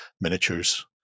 miniatures